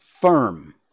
firm